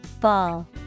Ball